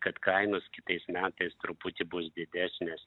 kad kainos kitais metais truputį bus didesnės